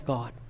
God